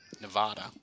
Nevada